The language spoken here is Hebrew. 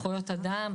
לזכויות אדם,